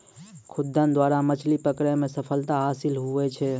खुद्दन द्वारा मछली पकड़ै मे सफलता हासिल हुवै छै